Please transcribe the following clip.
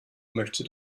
möchte